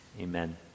Amen